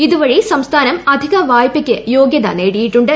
ഇതുവഴി സംസ്ഥാനം അധിക വായ്പയ്ക്ക് യോഗ്യത നേടിയിട്ടുണ്ട്